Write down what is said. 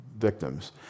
victims